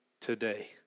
today